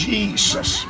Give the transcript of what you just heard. Jesus